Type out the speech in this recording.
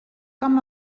com